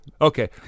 Okay